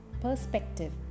perspective